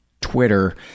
Twitter